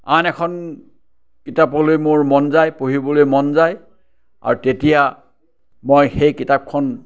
আন এখন কিতাপলৈ মোৰ মন যায় পঢ়িবলে মন যায় আৰু তেতিয়া মই সেই কিতাপখন